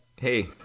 Hey